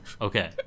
Okay